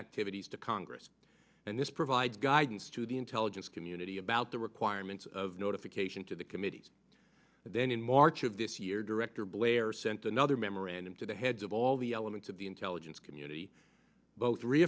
activities to congress and this provides guidance to the intelligence community about the requirements of notification to the committees and then in march of this year director blair sent another memorandum to the heads of all the elements of the intelligence community both re